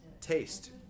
taste